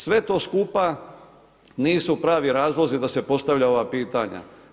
Sve to skupa nisu pravi razlozi da se postavlja ova pitanja.